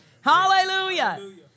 Hallelujah